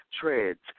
treads